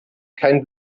kein